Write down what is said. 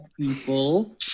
people